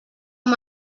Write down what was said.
amb